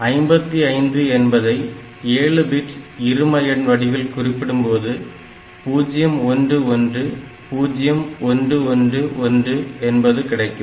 55 என்பதை 7 பிட் இரும எண் வடிவில் குறிப்பிடும்போது 0110111 என்பது கிடைக்கும்